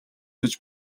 гэж